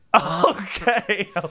okay